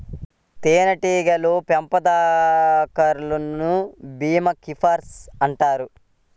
తేనెటీగల పెంపకందారులను bee keepers అంటారు